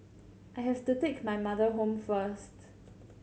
I have to take my mother home first